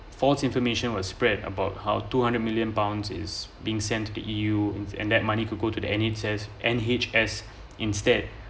false information was spread about how two hundred million pounds is being sent to E_U and and that money could go to the N_H_S N_H_S instead